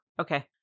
Okay